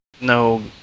No